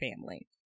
family